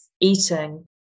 eating